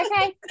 Okay